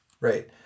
Right